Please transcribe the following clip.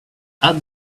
add